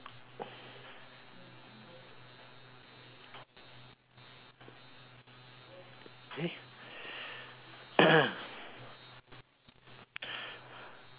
eh